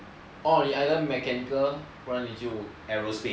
aerospace